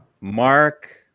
Mark